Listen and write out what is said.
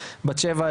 בת-שבע,